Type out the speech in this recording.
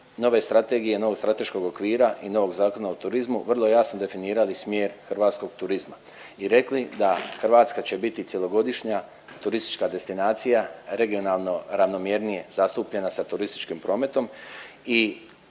nove strategije, novog strateškog okvira i novog Zakona o turizmu vrlo jasno definirali smjer hrvatskog turizma i rekli da Hrvatska će biti cjelogodišnja turistička destinacija regionalno ravnomjernije zastupljena sa turističkim prometom i